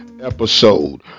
episode